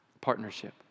partnership